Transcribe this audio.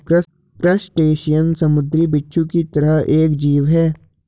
crustacean समुंद्री बिच्छू की तरह एक जीव है